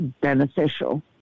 beneficial